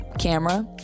camera